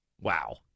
Wow